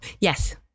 Yes